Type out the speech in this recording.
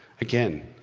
again?